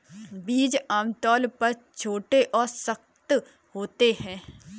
बीज आमतौर पर छोटे और सख्त होते हैं